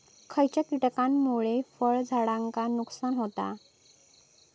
खयच्या किटकांमुळे फळझाडांचा नुकसान होता?